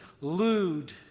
lewd